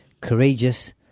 courageous